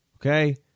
okay